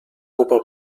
copa